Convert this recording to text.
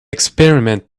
experiment